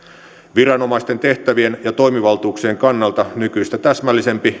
viranomaisten tehtävien ja toimivaltuuksien kannalta nykyistä täsmällisempi